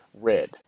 red